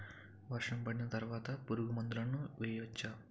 వర్షం పడిన తర్వాత పురుగు మందులను వేయచ్చా?